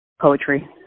poetry